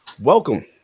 Welcome